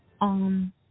on